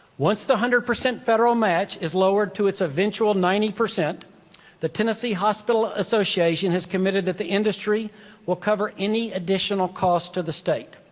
once the hundred percent federal match is lowered to its eventual ninety, the tennessee hospital association has committed that the industry will cover any additional cost to the state.